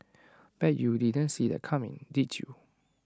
bet you you didn't see that coming did you